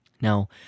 Now